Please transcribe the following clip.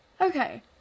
Okay